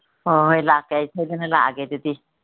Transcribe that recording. ꯑꯣ ꯍꯣꯏ ꯂꯥꯛꯀꯦ ꯑꯦ ꯁꯣꯏꯗꯅ ꯂꯥꯛꯑꯒꯦ ꯑꯗꯨꯗꯤ